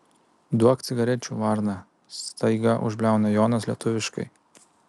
duok cigarečių varna staiga užbliauna jonas lietuviškai